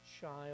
child